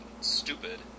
stupid